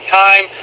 time